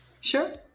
Sure